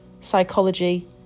psychology